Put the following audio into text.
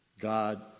God